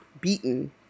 beaten